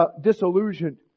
disillusioned